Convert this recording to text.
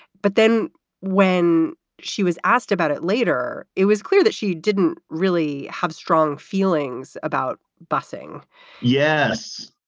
but then when she was asked about it later, it was clear that she didn't really have strong feelings about busing yes,